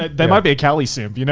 ah there might be a cali simp, you know